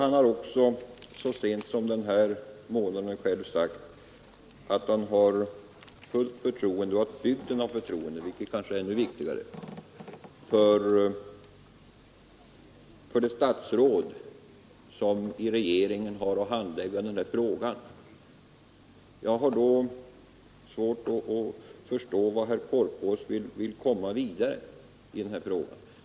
Han har också så sent som denna månad sagt att han och — vilket kanske är ännu viktigare — bygden har förtroende för det statsråd som i regeringen handlägger denna fråga. Jag har då svårt att förstå vart herr Korpås egentligen vill komma i denna fråga.